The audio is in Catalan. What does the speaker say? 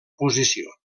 posició